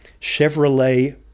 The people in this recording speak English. Chevrolet